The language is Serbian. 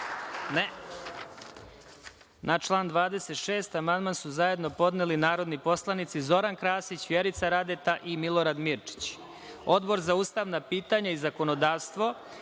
(Ne.)Na član 26. amandman su zajedno podneli narodni poslanici Zoran Krasić, Vjerica Radeta i Milorad Mirčić. Odbor za ustavna pitanja i zakonodavstvo,